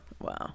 Wow